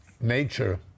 nature